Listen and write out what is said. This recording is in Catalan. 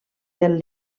del